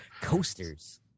Coasters